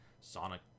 Sonic